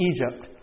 Egypt